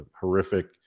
horrific